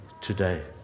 today